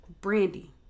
Brandy